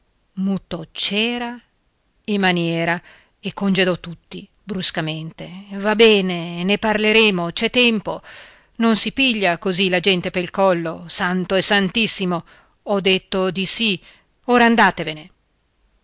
mutò cera e maniera e congedò tutti bruscamente va bene ne parleremo c'è tempo non si piglia così la gente pel collo santo e santissimo ho detto di sì ora andatevene